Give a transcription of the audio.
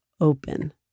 open